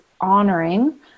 honoring